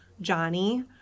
Johnny